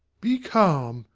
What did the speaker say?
be calm,